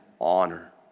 honor